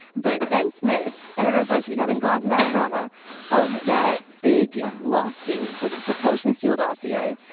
but ben smith, editor at buzzfeed, having gone through that trauma of that big lawsuit for for publishing the steele dossier,